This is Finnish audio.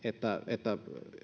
jotta